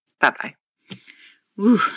Bye-bye